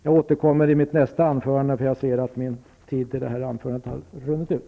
Jag återkommer i ett kommande anförande, eftersom jag ser att min tid för detta anförande har runnit ut.